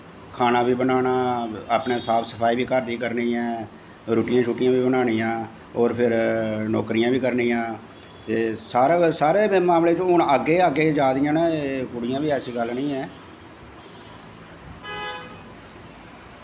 खाना बी बनाना अपनै साफ सफाई बी घर दी करनी ऐ रुट्टियां शुट्टियां बी बनानियां होर पिर नौकरियां बी करनियां ते सारे गै सारें गै मामलें च फिर हून अग्गैं गै अग्गैं जादियां न एह् कुड़ियां बी ऐसी गल्ल नी ऐ